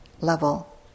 level